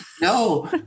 No